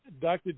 Dr